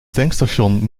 tankstation